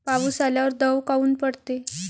पाऊस आल्यावर दव काऊन पडते?